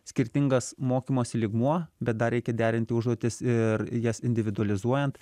skirtingas mokymosi lygmuo bet dar reikia derinti užduotis ir jas individualizuojant